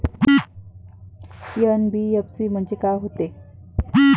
NBFC म्हणजे का होते?